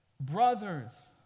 brothers